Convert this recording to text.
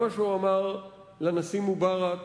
גם מה שהוא אמר לנשיא מובארק,